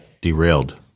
derailed